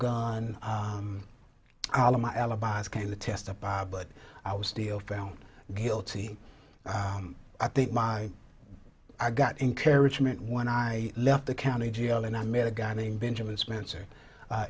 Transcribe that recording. gun all of my alibis came to testify but i was still found guilty i think my i got encouragement when i left the county jail and i met a guy named benjamin spencer